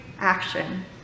action